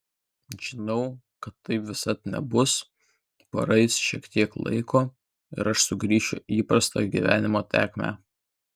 žinau kad taip visad nebus praeis šiek tiek laiko ir aš sugrįšiu į įprastą gyvenimo tėkmę